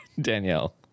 Danielle